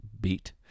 beat